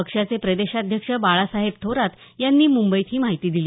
पक्षाचे प्रदेशाध्यक्ष बाळासाहेब थोरात यांनी मुंबईत ही माहिती दिली